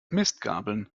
mistgabeln